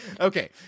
Okay